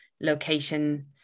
location